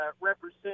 represent